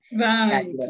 Right